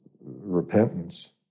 repentance